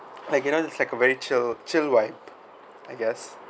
like you know it's like a very chill chill vibe I guess